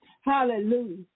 hallelujah